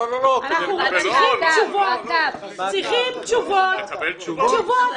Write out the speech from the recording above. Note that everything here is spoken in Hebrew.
אני חושב שאנחנו צריכים ועדת מעקב קצרה